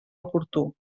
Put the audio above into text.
oportú